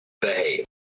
behave